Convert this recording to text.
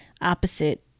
opposite